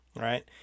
right